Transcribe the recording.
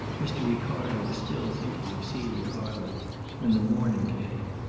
mr. ricardo was still thinking of celia harland when the morning came.